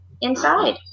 inside